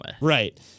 Right